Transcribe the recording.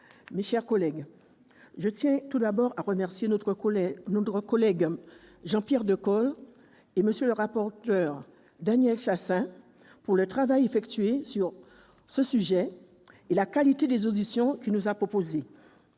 mes chers collègues, je tiens tout d'abord à remercier notre collègue Jean-Pierre Decool et M. le rapporteur Daniel Chasseing du travail effectué sur ce sujet et de la qualité des auditions que ce dernier nous a proposées.